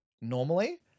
normally